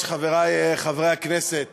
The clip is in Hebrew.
חבר הכנסת